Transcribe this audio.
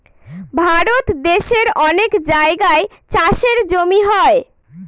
ভারত দেশের অনেক জায়গায় চাষের জমি হয়